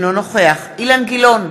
אינו נוכח אילן גילאון,